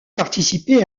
participé